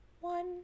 one